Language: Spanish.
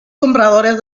compradores